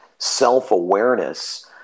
self-awareness